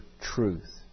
truth